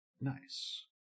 Nice